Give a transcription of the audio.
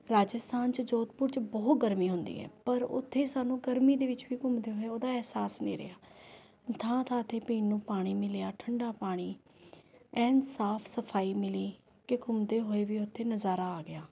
ਰਾਜਸਥਾਨ 'ਚ ਜੋਧਪੁਰ ਚ ਬਹੁਤ ਗਰਮੀ ਹੁੰਦੀ ਹੈ ਪਰ ਉੱਥੇ ਸਾਨੂੰ ਗਰਮੀ ਦੇ ਵਿੱਚ ਵੀ ਘੁੰਮਦੇ ਹੋਏ ਉਹਦਾ ਅਹਿਸਾਸ ਨਹੀਂ ਰਿਹਾ ਥਾਂ ਥਾਂ 'ਤੇ ਪੀਣ ਨੂੰ ਪਾਣੀ ਮਿਲਿਆ ਠੰਡਾ ਪਾਣੀ ਐਨ ਸਾਫ਼ ਸਫ਼ਾਈ ਮਿਲੀ ਕਿ ਘੁੰਮਦੇ ਹੋਏ ਵੀ ਉੱਥੇ ਨਜ਼ਾਰਾ ਆ ਗਿਆ